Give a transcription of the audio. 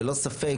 ללא ספק,